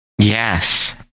Yes